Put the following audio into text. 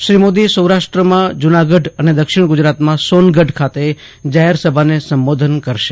શ્રી મોદી સૌરાષ્ટ્રમાં જુનાગઢ અને દક્ષિણ ગુજરાતમાં સોનગઢ ખાતે સભાને સંબોધન કરનાર છે